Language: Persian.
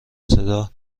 صدا